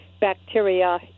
bacteria